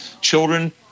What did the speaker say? Children